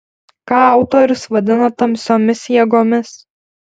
ką autorius vadina tamsiomis jėgomis